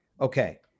Okay